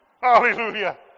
Hallelujah